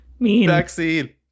Vaccine